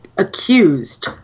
Accused